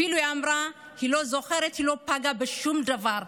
אפילו אמרה שהיא לא זוכרת, היא לא פגעה בשום דבר.